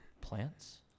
plants